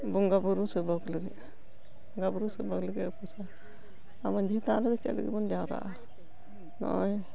ᱵᱚᱸᱜᱟ ᱵᱩᱨᱩ ᱥᱮᱵᱚᱠ ᱞᱟᱹᱜᱤᱫ ᱵᱚᱸᱜᱟ ᱵᱩᱨᱩ ᱥᱮᱵᱚᱠ ᱞᱟᱹᱜᱤᱫ ᱮ ᱩᱯᱟᱹᱥᱟ ᱢᱟᱹᱡᱷᱤ ᱛᱷᱟᱱ ᱨᱮᱫᱚ ᱪᱮᱫ ᱞᱟᱹᱜᱤᱫ ᱵᱚᱱ ᱡᱟᱣᱨᱟᱜᱼᱟ ᱱᱚᱜᱼᱚᱭ